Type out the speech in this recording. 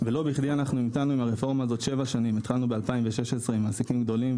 ולא בכדי נתנו לרפורמה הזו שבע שנים; התחלנו ב-2016 עם מעסיקים גדולים,